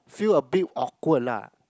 feel abit awkward lah